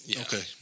Okay